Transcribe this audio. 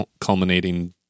culminating